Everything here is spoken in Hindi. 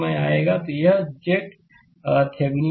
तो यह है कि थेविनीन इक्विवेलेंट सर्किट लेकिन यह कैसे करना है